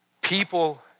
People